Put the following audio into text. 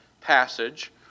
passage